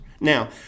Now